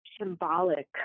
symbolic